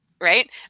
right